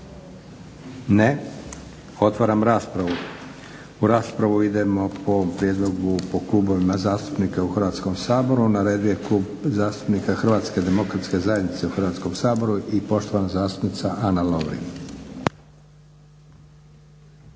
Ne. Otvaram raspravu. U raspravu idemo po ovom prijedlogu po klubovima zastupnika u Hrvatskom saboru. Na redu je Klub zastupnika HDZ-a u Hrvatskom saboru i poštovana zastupnica Ana Lovrin.